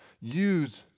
use